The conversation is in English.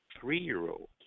three-year-old